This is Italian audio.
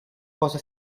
cosa